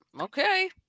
Okay